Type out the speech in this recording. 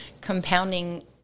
compounding